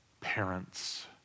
parents